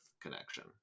connection